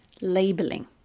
labeling